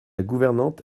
gouvernante